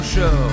Show